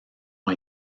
ont